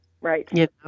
Right